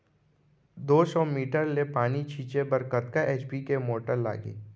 दो सौ मीटर ले पानी छिंचे बर कतका एच.पी के मोटर लागही?